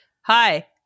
Hi